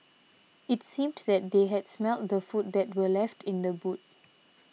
it seemed that they had smelt the food that were left in the boot